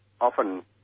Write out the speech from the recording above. often